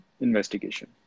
investigation